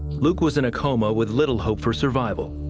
luke was in a coma with little hope for survival.